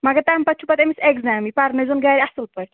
مَگر تَمہِ پَتہٕ چھُ أمِس ایکزامٕے یہِ پَرنٲۍوزٮ۪ن اَصٕل پٲٹھۍ